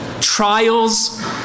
Trials